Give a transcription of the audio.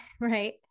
right